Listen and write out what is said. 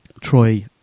Troy